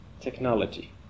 Technology